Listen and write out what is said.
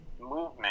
movement